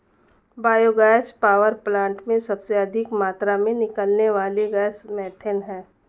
bio gas power plant में सबसे अधिक मात्रा में निकलने वाली गैस मिथेन है